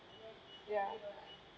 ya